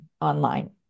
online